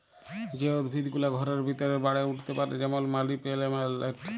যে উদ্ভিদ গুলা ঘরের ভিতরে বাড়ে উঠ্তে পারে যেমল মালি পেলেলট